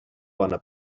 bona